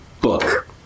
book